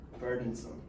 burdensome